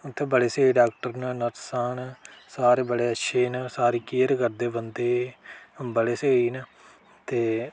उत्थै बड़े स्हेई डाक्टर न नर्सां न सारे बड़े अच्छे न सारी केयर करदे बंदे दी बड़े स्हेई न ते